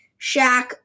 Shaq